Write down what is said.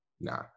nah